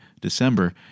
December